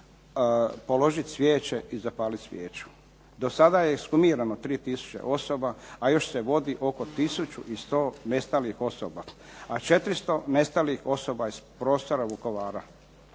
položiti cvijeće i zapaliti svijeću. Do sada je ekshumirano 3 tisuće osoba a još se vodi oko tisuću 100 nestalih osoba. A 400 nestalih osoba je s prostora Vukovara.